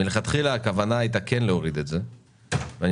מלכתחילה הכוונה הייתה כן להוריד את זה ואני